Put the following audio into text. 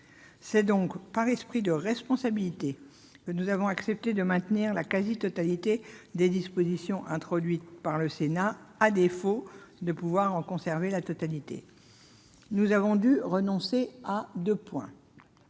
C'est donc par esprit de responsabilité que nous avons accepté de ne maintenir que la quasi-totalité des dispositions introduites par le Sénat, à défaut de pouvoir les conserver toutes. Nous avons en effet dû renoncer à deux points.